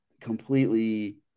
completely